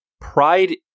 Pride